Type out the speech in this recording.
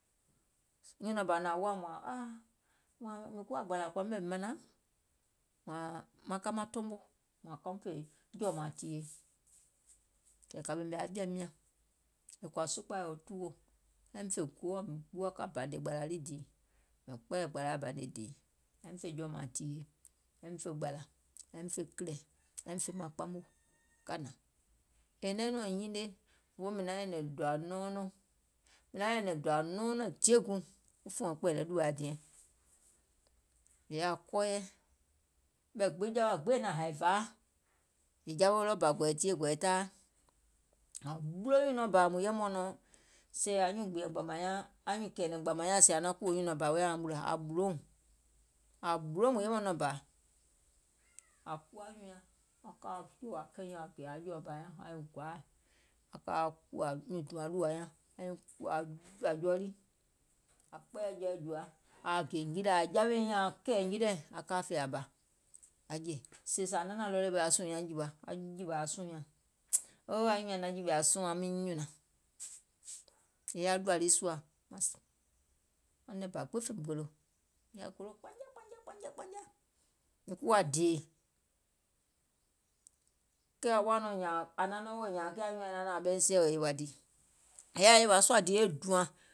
Nyùnɔ̀ɔŋ bȧ hnȧŋ woȧ wȧȧŋ aa, mìŋ kuwa gbàlȧ kɔ̀ì mɛ̀ mìŋ manaŋ maŋ ka maŋ tomo mùŋ hnȧŋ kaum fè jɔ̀ɔ̀mȧȧŋ tìyèe, kɛ̀ kȧ ɓèmè aŋ jɔ̀ȧim nyȧŋ, è kɔ̀ȧ sukpȧi yoo tuwò, aim fè goɔ̀, mìŋ gbuwȧ ka bȧnè gbȧlȧ lii dìì, mìŋ kpɛɛyɛ̀ gbȧlȧa bȧnè dìì aim fè jɔ̀ɔ̀mȧȧŋ tìyèe, aim fè gbȧlȧ, aim fè kìlɛ̀, aim fè maŋ kpamò ka hnȧŋ, mìŋ naŋ yɛi nɔ̀ŋ nyinie, òfoo mìŋ naŋ nyɛ̀nɛ̀ŋ dòȧ nɔɔnɔŋ, mìŋ naŋ nyɛ̀nɛ̀ŋ dòȧ nɔɔnɔŋ diè guùŋ fùɔ̀ŋ kpɛ̀ɛ̀lɛ̀ ɗùȧa diɛŋ, è yaȧ kɔɔyɛ, ɓɛ̀ gbiŋ jawa gbiŋ è naŋ haì baa, è jaweo ɗɔɔbȧ gɔ̀ì tìyèe gɔ̀ì taai, ȧŋ ɓulo nyùnɔ̀ɔŋ bȧ mùŋ yɛmɛ̀uŋ nɔŋ, sèè anyuùŋ gbìȧŋ gbȧmȧŋ nyaŋ, anyuùŋ kɛ̀ɛ̀nɛŋ gbàmȧŋ nyaŋ ȧŋ naŋ kùwò nyùnɔ̀ɔŋ bȧ wèè auŋ ɓùlȧ aŋ ɓùlòuŋ, ȧŋ ɓùlòuŋ mùŋ yɛmɛ̀ nɔŋ bȧ jawè nyiŋ nyȧŋ aaŋ kɛ̀ɛ̀ nyiliiɛ̀ aŋ ka fè aŋ bȧ aŋ jè, sèè zȧ aŋ naȧŋ ready wèè aŋ sùùŋ nyaŋ jèwa, aŋ jìwàȧ sùùŋ nyaŋ, oo nyùùŋ nyaŋ naŋ jìwè sùùŋ aŋ miŋ nyùnȧŋ, mìŋ yaȧ ɗùȧ lii sùȧ nɛ̀ŋ bà gbiŋ fèìm gòlò, mìŋ yaȧ golò kpanya kpanya kpanya, miŋ kuwȧ dèè, kɛɛ ȧŋ woȧ nɔŋ nyȧȧŋ anyùùŋ nyaŋ nȧaŋ ɓɛìŋ sie è yèwà dìì, è yaȧ yèwȧ sùȧ dìì e dùȧŋ